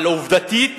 אבל עובדתית